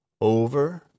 over